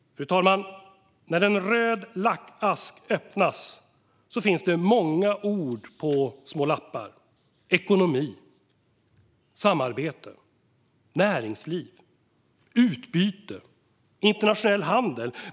Fru talman! När en röd lackask öppnas finns det däri många ord på små lappar: ekonomi, samarbete, näringsliv, utbyte och internationell handel.